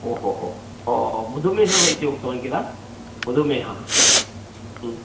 ओ हो हो मधुमेहः इति उक्तवान् किल मधुमेहः